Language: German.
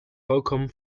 vollkommen